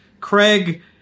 craig